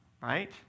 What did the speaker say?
Right